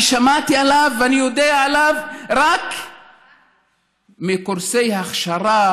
אני שמעתי עליו ואני יודע עליו רק מקורסי הכשרה